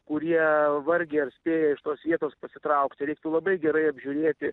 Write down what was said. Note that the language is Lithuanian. kurie vargiai ar spėja iš tos vietos pasitraukti reiktų labai gerai apžiūrėti